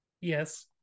Yes